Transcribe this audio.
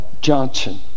Johnson